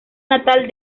natal